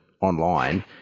online